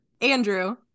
Andrew